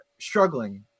struggling